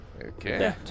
Okay